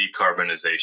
decarbonization